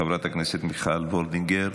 חברת הכנסת מיכל וולדיגר.